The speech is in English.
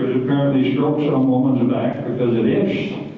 apparently shocked some woman's back because it itched.